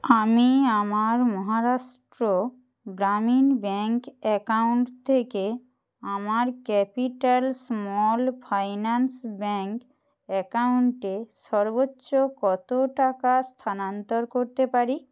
আমি আমার Maharashtra Gramin bank account থেকে আমার ক্যাপিটাল স্মল ফাইনান্স ব্যাংক অ্যাকাউন্টে সর্বোচ্চ কত টাকা স্থানান্তর করতে পারি